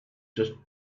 just